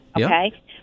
Okay